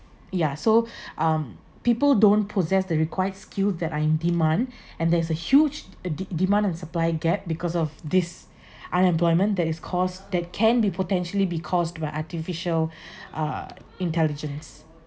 yeah so um people don't possess the required skill that ah in demand and there is a huge de~ demand and supply gap because of this unemployment that is caused that can be potentially be caused by artificial uh intelligence